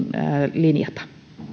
linjata